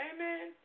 Amen